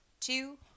Two